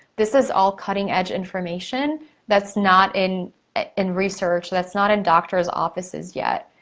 this is all cutting edge information that's not in ah in research, that's not in doctor's offices yet.